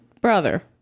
Brother